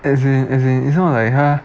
as in as in it's not like 她